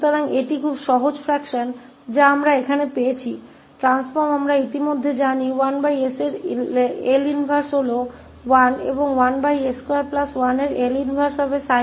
तो यह बहुत ही सरल fraction है जो हमें यहां मिली है जिसका परिवर्तन हम पहले से ही जानते हैं 1s का इनवर्स 1 है और 1s21का L इनवर्स sin 𝑡 होगा